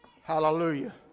Hallelujah